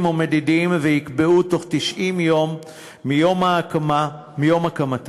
ומדידים וייקבעו בתוך 90 יום מיום הקמתה.